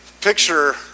picture